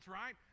right